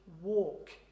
walk